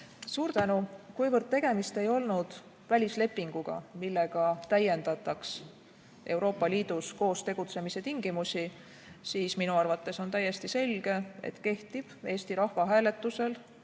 Suur tänu! Kuivõrd tegemist ei olnud välislepinguga, millega täiendataks Euroopa Liidus koostegutsemise tingimusi, siis minu arvates on täiesti selge, et kehtib Eestis rahvahääletusel